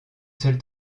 seule